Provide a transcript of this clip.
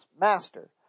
Master